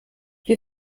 wir